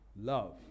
love